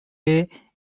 lay